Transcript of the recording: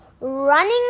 running